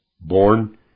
born